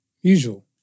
Usual